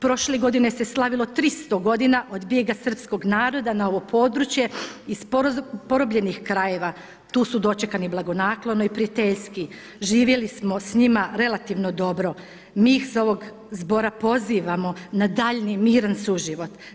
Prošle godine se slavilo 300 godina od bijega srpskog naroda na ovo područje iz porobljenih krajeva tu su dočekani blagonaklono i prijateljski, živjeli smo s njima relativno dobro, mi ih s ovog zbora pozivamo na daljnji miran suživot.